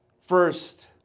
First